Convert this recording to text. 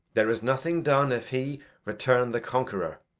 there is nothing done, if he return the conqueror.